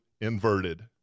inverted